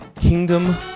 Kingdom